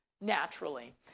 naturally